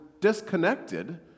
disconnected